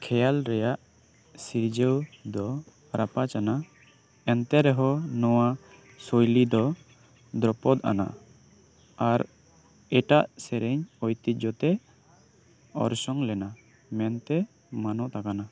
ᱠᱷᱮᱭᱟᱞ ᱨᱮᱱᱟᱜ ᱥᱤᱨᱡᱟᱹᱣ ᱫᱚ ᱨᱟᱯᱟᱪ ᱟᱱᱟᱜ ᱮᱱᱛᱮ ᱨᱮᱦᱚᱸ ᱱᱚᱣᱟ ᱥᱳᱭᱞᱤ ᱫᱚ ᱫᱷᱨᱩᱯᱚᱫᱽ ᱟᱱᱟᱜ ᱟᱨ ᱮᱴᱟᱜ ᱥᱮᱨᱮᱧ ᱳᱭᱛᱤᱡᱡᱚ ᱛᱮ ᱚᱨᱥᱚᱝ ᱞᱮᱱᱟ ᱢᱮᱱᱛᱮ ᱢᱟᱱᱚᱛ ᱟᱠᱟᱱᱟ